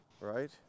right